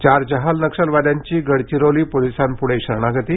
चार जहाल नक्षलवाद्यांची गडचिरोली पोलिसांपुढे शरणागती